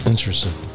Interesting